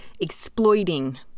exploiting